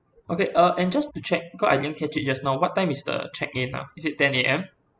okay uh and just to check because I didn't catch it just now what time is the check-in ah is it ten A_M